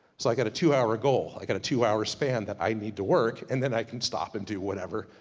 so i got a two hour goal. i got a two hour span that i need to work, and then i can stop and do whatever,